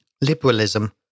liberalism